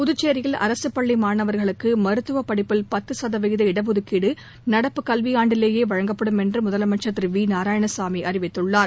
புதுச்சேரியில் அரசுப்பள்ளி மாணவர்களுக்கு மருத்துவப் படிப்பில் பத்து சதவீத இடஒதுக்கீடு நடப்பு கல்வியாண்டிலேயே வழங்கப்படும் என்று முதலமைச்சர் வி நாராயணசாமி அறிவித்துள்ளார்